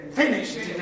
finished